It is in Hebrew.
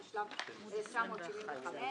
התשל"ו-1975,